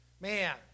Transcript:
Man